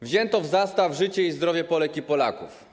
Wzięto w zastaw życie i zdrowie Polek i Polaków.